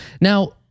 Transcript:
now